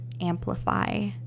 amplify